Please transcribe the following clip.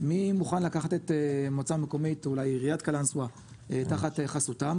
מי מוכן לקחת את מועצה מקומית או אולי עיריית קלנסווה תחת חסותם